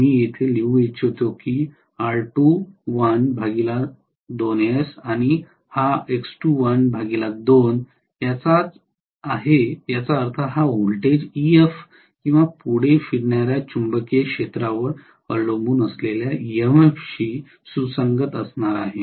मी येथे लिहू इच्छितो की हे R2l 2s आहे हा X2l 2 आहे याचा अर्थ हा व्होल्टेज Ef किंवा पुढे फिरणाऱ्या चुंबकीय क्षेत्रअवलंबून असलेल्या ईएमएफ शी सुसंगत असणार आहे